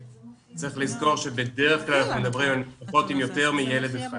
צריך לזכור שבדרך כלל אנחנו מדברים על משפחות עם יותר מילד אחד.